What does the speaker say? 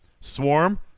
Swarm